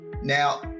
Now